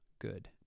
good